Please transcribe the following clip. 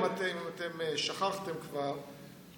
אם אתם שכחתם כבר,